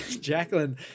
Jacqueline